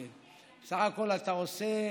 בסך הכול אתה עושה